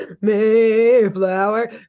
Mayflower